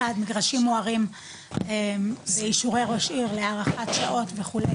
אחד מגרשים מוארים לאישורי ראש עיר להארכת עד שעות וכו'